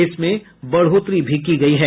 इसमें बढ़ोतरी भी की गयी है